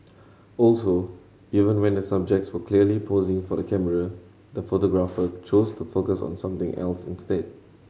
also even when the subjects were clearly posing for the camera the photographer chose to focus on something else instead